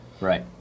right